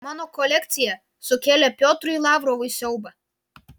mano kolekcija sukėlė piotrui lavrovui siaubą